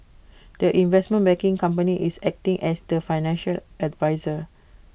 the investment banking company is acting as the financial adviser